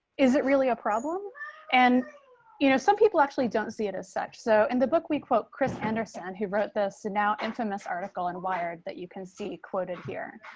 is it really a problem and you know some people actually don't see it as such. so in the book we quote chris anderson, who wrote this now infamous article in wired that you can see quoted here.